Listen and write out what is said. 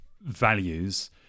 values